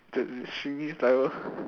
the cheesy saliva